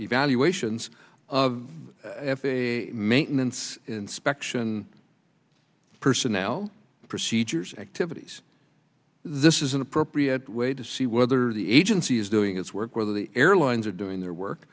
evaluations of f a a maintenance inspection personnel procedures activities this is an appropriate way to see whether the agency is doing its work whether the airlines are doing their work